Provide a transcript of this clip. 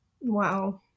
wow